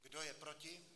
Kdo je proti?